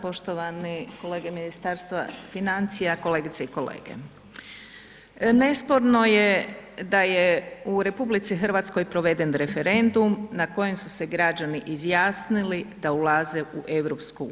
Poštovani kolege Ministarstva financija, kolegice i kolege, nesporno je da je u RH proveden referendum na kojem su se građani izjasnili da ulaze u EU.